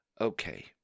Okay